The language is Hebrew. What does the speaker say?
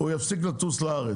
יפסיק לטוס לארץ.